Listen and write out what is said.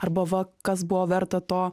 arba va kas buvo verta to